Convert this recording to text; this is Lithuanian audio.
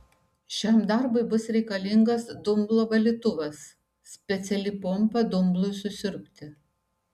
šiam darbui bus reikalingas dumblo valytuvas speciali pompa dumblui susiurbti